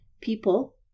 people